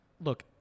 Look